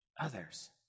Others